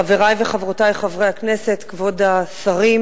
כבוד היושב-ראש,